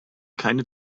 keine